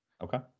Okay